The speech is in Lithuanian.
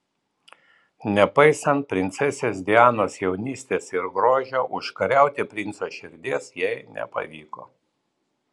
nepaisant princesės dianos jaunystės ir grožio užkariauti princo širdies jai nepavyko